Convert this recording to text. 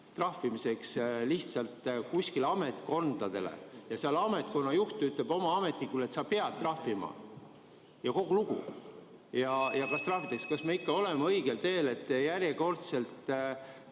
trahvimiseks lihtsalt kuskile ametkondadele ja ametkonna juht ütleb oma ametnikule, et see peab trahvima. Ja kogu lugu. (Juhataja helistab kella.) Kas me ikka oleme õigel teel, et järjekordselt